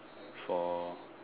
for